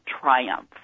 Triumph